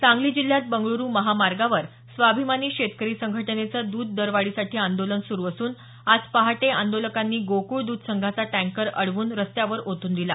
सांगली जिल्ह्यात बंगळ्रु महामार्गावर स्वाभिमानी शेतकरी संघटनेचं दुध दरवाढीसाठी आंदोलन सुरु असून आज पहाटे आंदोलकांनी गोकुळ दूध संघाचा टँकर उडवून रस्त्यावर ओतून दिला